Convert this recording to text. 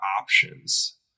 options